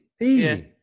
easy